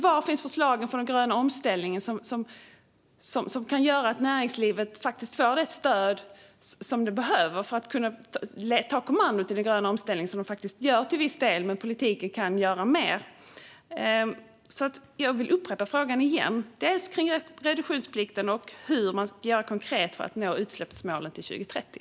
Var finns förslagen för den gröna omställningen, som kan göra att näringslivet faktiskt får det stöd som det behöver för att kunna ta kommandot i den gröna omställningen? Det gör det faktiskt till viss del. Men politiken kan göra mer. Jag vill upprepa frågan kring reduktionsplikten. Och hur ska man göra konkret för att nå utsläppsmålen till 2030?